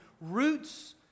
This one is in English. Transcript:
roots